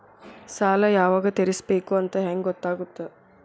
ಸಾಲ ಯಾವಾಗ ತೇರಿಸಬೇಕು ಅಂತ ಹೆಂಗ್ ಗೊತ್ತಾಗುತ್ತಾ?